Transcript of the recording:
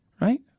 right